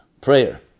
Prayer